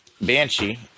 Banshee